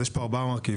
אז יש פה ארבעה מרכיבים.